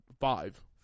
Five